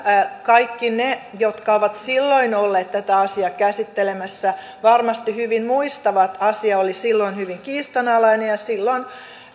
kaikki ne jotka ovat silloin olleet tätä asiaa käsittelemässä varmasti hyvin muistavat asia oli silloin hyvin kiistanalainen ja silloin